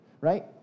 right